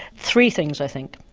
three things i think.